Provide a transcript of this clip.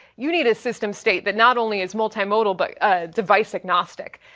you need a system state but not only is multi-modal but ah device agnostic,